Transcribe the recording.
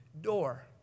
door